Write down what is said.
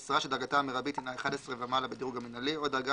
משרה שדרגתה המרבית הינה 11 ומעלה בדירוג המנהלי או דרגה